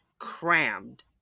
crammed